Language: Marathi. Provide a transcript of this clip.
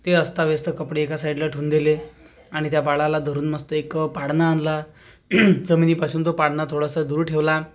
ते अस्ताव्यस्त कपडे एका साईडला ठेऊन दिले आणि त्या बाळाला धरून मस्त एक पाळणा आणला जमिनीपासून तो पाळणा थोडासा दूर ठेवला